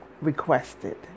requested